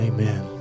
Amen